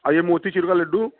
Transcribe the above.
और ये मोतीचूर का लड्डू